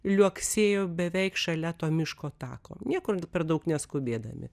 liuoksėjo beveik šalia to miško tako niekur per daug neskubėdami